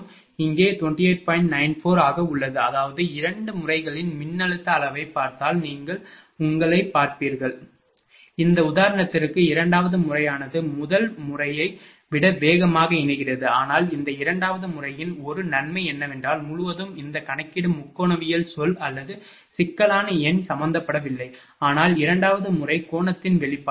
94 ஆக உள்ளது அதாவது இரண்டு முறைகளின் மின்னழுத்த அளவைப் பார்த்தால் நீங்கள் உங்களைப் பார்ப்பீர்கள் இந்த உதாரணத்திற்கு இரண்டாவது முறையானது முதல் முறையை விட வேகமாக இணைகிறது ஆனால் இந்த இரண்டாவது முறையின் ஒரு நன்மை என்னவென்றால் முழுவதும் இந்த கணக்கீடு முக்கோணவியல் சொல் அல்லது சிக்கலான எண் சம்பந்தப்படவில்லை ஆனால் இரண்டாவது முறை கோணத்தின் வெளிப்பாடு